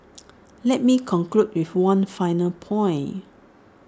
let me conclude with one final point